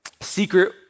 secret